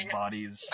bodies